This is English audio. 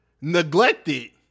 neglected